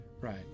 Right